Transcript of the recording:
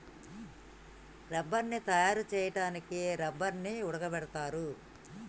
రబ్బర్ని తయారు చేయడానికి రబ్బర్ని ఉడకబెడతారు